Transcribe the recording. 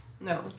no